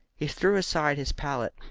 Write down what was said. he threw aside his palette,